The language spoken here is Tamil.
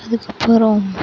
அதுக்கப்புறோம்